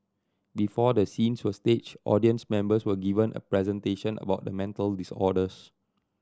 before the scenes were staged audience members were given a presentation about the mental disorders